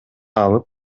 алып